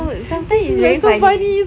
so sometimes he's very funny